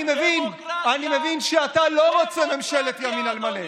אני מבין שאתה לא רוצה ממשלת ימין על מלא.